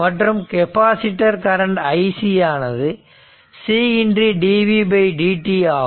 மற்றும் capacitor current ic ஆனது c d v d t ஆகும்